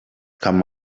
come